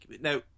now